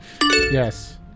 Yes